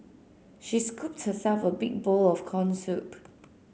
she scooped herself a big bowl of corn soup